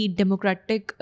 democratic